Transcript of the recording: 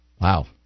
Wow